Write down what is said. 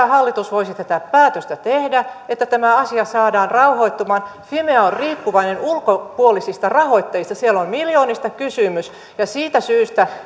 hallitus voisi tätä päätöstä tehdä että tämä asia saadaan rauhoittumaan fimea on riippuvainen ulkopuolisista rahoittajista siellä on miljoonista kysymys ja siitä syystä